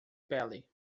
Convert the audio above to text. pele